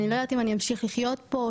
אני לא יודעת אם אני אמשיך לחיות פה,